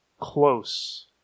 close